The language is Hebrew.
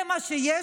זה מה שיש.